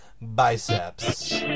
biceps